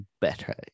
better